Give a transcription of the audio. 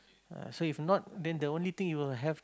ah so if not then the only thing you will have